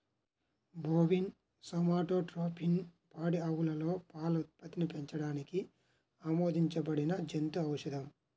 bovine somatotropin పాడి ఆవులలో పాల ఉత్పత్తిని పెంచడానికి ఆమోదించబడిన జంతు ఔషధం